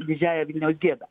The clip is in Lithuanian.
didžiąja vilniaus gėda